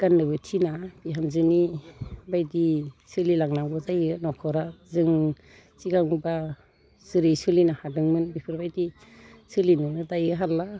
गाननोबो थिना बिहामजोनिबायदि सोलि लांनांगौ जायो न'खरा जों सिगांब्ला जेरै सोलिनो हादोंमोन बेफोरबायदि सोलिनोनो दायो हाला